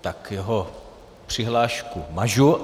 Tak jeho přihlášku mažu.